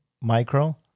micro